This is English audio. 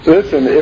Listen